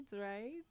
right